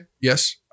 Yes